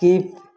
skip